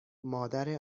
مادر